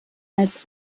als